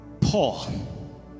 Paul